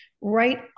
right